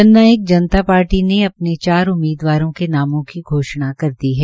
जन नायक जनता पार्टी ने अपने चार उम्मीदवारों के नामों की घोषणा कर दी है